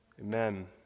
Amen